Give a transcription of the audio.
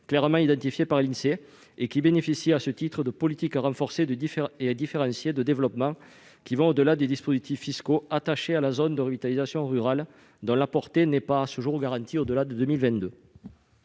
clairement identifiés par l'Insee et qui bénéficient à ce titre de politiques renforcées et différenciées de développement allant au-delà des dispositifs fiscaux attachés à la zone de revitalisation rurale, dont la portée n'est à ce jour pas garantie au-delà de 2022.